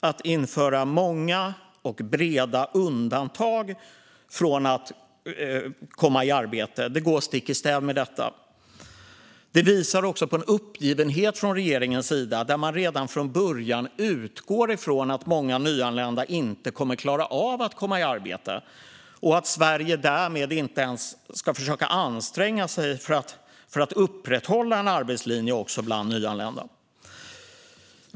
Att införa många och breda undantag från att människor ska komma i arbete går stick i stäv med detta. Det visar också på en uppgivenhet hos regeringen om man redan från början utgår från att många nyanlända inte kommer att klara av att komma i arbete och att Sverige därmed inte ens ska försöka anstränga sig för att upprätthålla en arbetslinje också bland nyanlända.